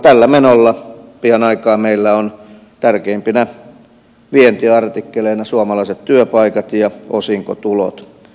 tällä menolla pian aikaa meillä on tärkeimpinä vientiartikkeleina suomalaiset työpaikat ja osinkotulot veroparatiisisaarille